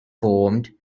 formed